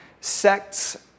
sects